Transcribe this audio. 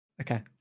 okay